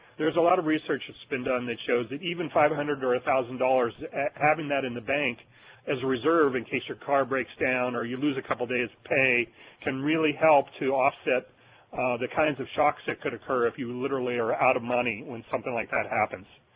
there's a lot of research that's been done that shows that even five hundred or one ah thousand dollars having that in the bank as a reserve in case your car breaks down or you lose a couple days pay can really help to offset the kinds of shocks that could occur if you literally are out of money when something like that happens.